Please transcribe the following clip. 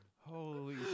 Holy